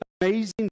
amazing